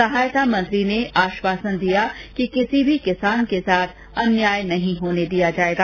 सहायता मंत्री ने आश्वासन दिया कि किसी भी किसान के साथ अन्याय नहीं होने दिया जाएगा